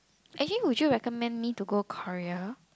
actually would you recommend me to go Korea